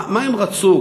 מה הם רצו,